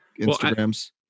Instagrams